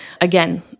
again